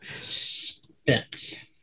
spent